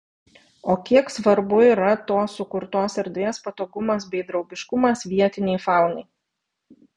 o kiek svarbu yra tos sukurtos erdvės patogumas bei draugiškumas vietinei faunai